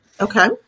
Okay